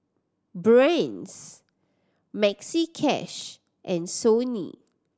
Brand's Maxi Cash and Sony